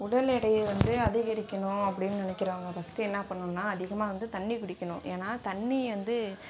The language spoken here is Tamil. உடல் எடையை வந்து அதிகரிக்கணும் அப்படின்னு நினைக்கிறவங்க ஃபஸ்ட்டு என்ன பண்ணணும்னால் அதிகமாக வந்து தண்ணி குடிக்கணும் ஏன்னால் தண்ணி வந்து